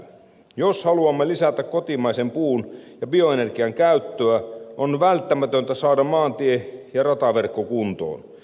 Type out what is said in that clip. jos haluamme lisätä kotimaisen puun ja bioenergian käyttöä on välttämätöntä saada maantie ja rataverkko kuntoon